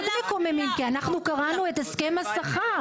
מאוד מקוממים, כי אנחנו קראנו את הסכם השכר.